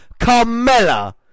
Carmella